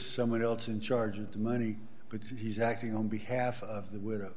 someone else in charge of the money but he's acting on behalf of the widow